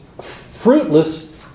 fruitless